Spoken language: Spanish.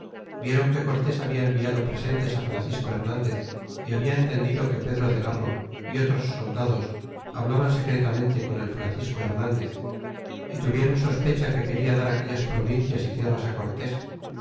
vieron que cortés habia enviado presentes francisco hernandez y habian entendido que pedro de garro y otros soldados hablaban secretamente con el francisco hernandez y tuvieron sospecha que queda dar aquellas provincias e tierras cortes